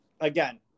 again